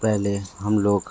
पहले हम लोग